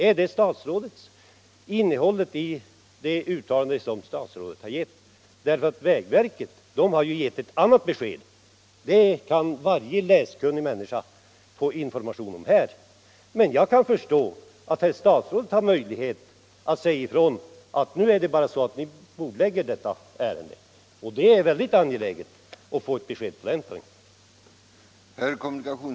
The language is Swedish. Är det innehållet i det uttalande som statsrådet har gjort? Vägverket har nämligen givit ett annat besked, och det kan varje läskunnig människa få information om här. Men jag kan förstå att herr statsrådet har möjlighet att säga ifrån att detta ärende skall bordläggas. Det är väldigt angeläget att få ett besked på den punkten.